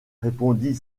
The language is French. répondit